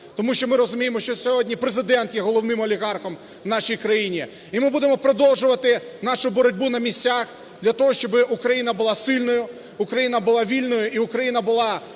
тому що ми розуміємо, що сьогодні Президент є головним олігархом в нашій країні. І ми будемо продовжувати нашу боротьбу на місцях для того, щоб Україна була сильною, Україна була вільною і Україна була